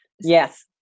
Yes